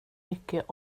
mycket